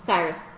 Cyrus